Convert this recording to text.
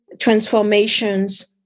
transformations